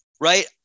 right